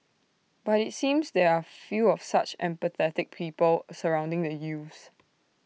but IT seems there are few of such empathetic people surrounding the youths